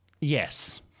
Yes